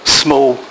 small